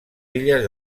illes